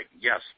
yes